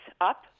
up